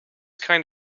kind